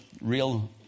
real